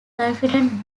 confidant